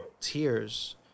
tears